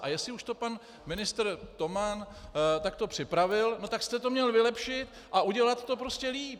A jestliže to už pan ministr Toman takto připravil, tak jste to měl vylepšit a udělat to prostě lépe.